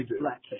black